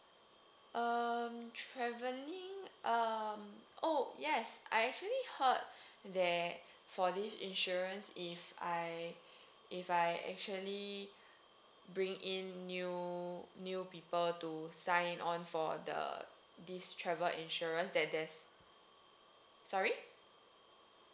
um travelling um !oh! yes I actually heard that for this insurance if I if I actually bring in new new people to sign on for the this travel insurance that there's sorry